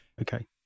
Okay